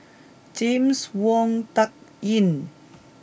James Wong Tuck Yim